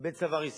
קיבל צו הריסה.